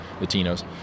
latinos